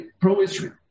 pro-Israel